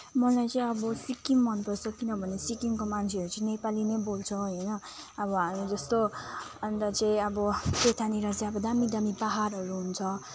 मलाई चाहिँ अब सिक्किम मनपर्छ किनभने सिक्किमको मान्छेहरू चाहिँ नेपाली नै बोल्छ होइन अब हामी जस्तो अन्त चाहिँ अब त्यतानिर चाहिँ अब दामी दामी पाहाडहरू हुन्छ